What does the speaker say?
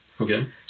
Okay